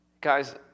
guys